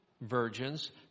virgins